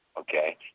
okay